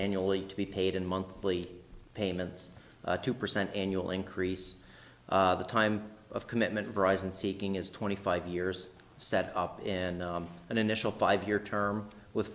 annually to be paid in monthly payments two percent annual increase the time of commitment rise and seeking is twenty five years set up in an initial five year term with